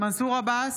מנסור עבאס,